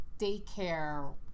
daycare